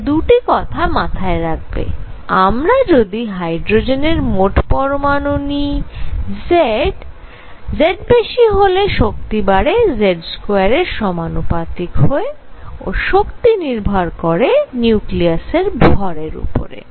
তাই দুটি কথা মাথায় রাখবে আমরা যদি হাইড্রোজেনের মোট পরমাণু নিই Z বেশী হলে শক্তি বাড়ে Z2 এর সমানুপাতিক হয়ে ও শক্তি নির্ভর করে নিউক্লিয়াসের ভরের উপরে